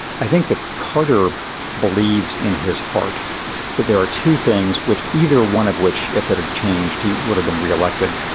i think that carter believes in his heart that there are two things which either one of which, if it had changed, he would have been re-elected.